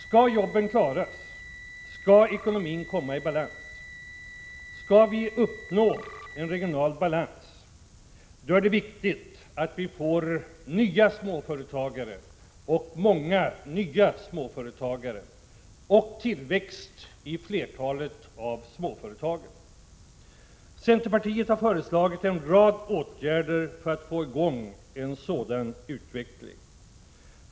Skall jobben klaras, skall ekonomin komma i balans, skall vi uppnå en regional balans, då är det viktigt att vi får många nya småföretagare och tillväxt i flertalet av småföretagen. Centerpartiet har föreslagit en rad åtgärder för att få i gång en sådan utveckling.